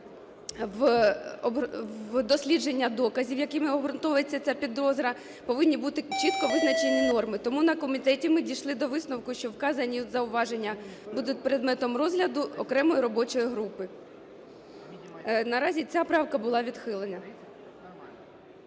в дослідження доказів, якими обґрунтовується ця підозра. Повинні бути чітко визначені норми. Тому на комітеті ми дійшли до висновку, що вказані зауваження будуть предметом розгляду окремої робочої групи. Наразі ця правка була відхилена.